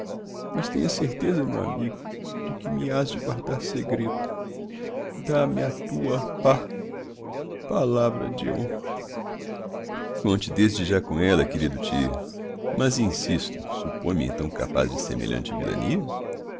mas tenho a certeza meu amigo de que me has de guardar segredo dá me a tua pa palavra de honra conte desde já com ella querido tio mas insisto suppõe me então capaz de semelhante vilania